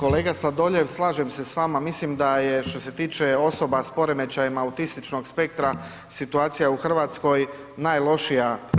Pa kolega Sladoljev, slažem se s vama, mislim da je što se tiče osoba s poremećajima autističnog spektra, situacija u RH najlošija.